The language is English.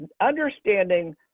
understanding